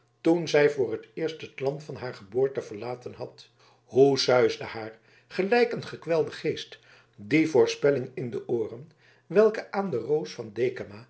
toen zij voor t eerst het land van haar geboorte verlaten had hoe suisde haar gelijk een kwellende geest die voorspelling in de ooren welke aan de roos van